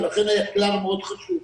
ולכן היקל"ר מאוד חשוב.